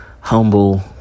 humble